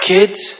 Kids